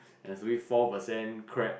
there's only four percent crack